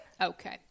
Okay